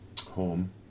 home